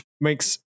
makes